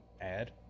add